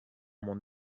mon